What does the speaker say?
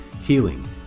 healing